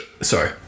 Sorry